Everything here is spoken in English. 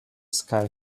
sky